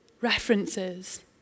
references